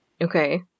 Okay